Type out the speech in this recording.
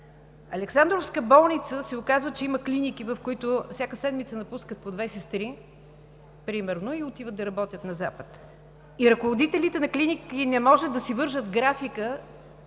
Александровска болница се оказва, че има клиники, в които всяка седмица напускат по две сестри примерно и отиват да работят на Запад. И ръководителите на клиники не могат да си вържат графика